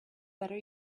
better